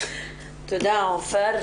תודה עופר.